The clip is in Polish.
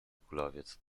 kulawiec